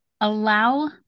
Allow